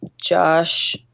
Josh